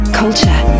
culture